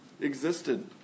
existed